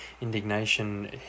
indignation